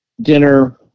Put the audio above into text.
dinner